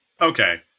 Okay